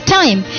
time